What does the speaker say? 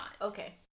Okay